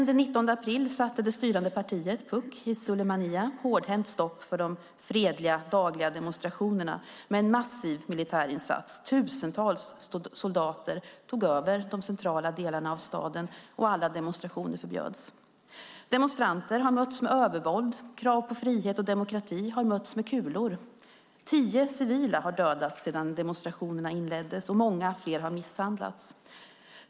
Den 19 april satte det styrande partiet, PUK, i Sulaymaniyah hårdhänt stopp för de fredliga, dagliga demonstrationerna med en massiv militärinsats där tusentals soldater tog över de centrala delarna av staden och alla demonstrationer förbjöds. Demonstranter har mötts med övervåld. Krav på frihet och demokrati har mötts med kulor. Tio civila har dödats sedan demonstrationerna inleddes och många fler har misshandlats.